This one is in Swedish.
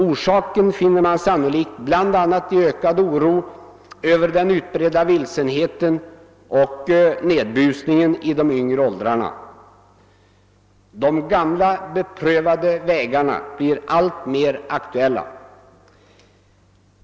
Orsaken härtill är sannolikt bl.a. en ökad oro över den ökade vilsenheten och nedbusningen i de yngre åldrarna. De gamla beprövade vägarna blir alltmer aktuella.